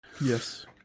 Yes